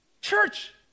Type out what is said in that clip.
Church